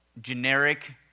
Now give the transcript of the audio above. generic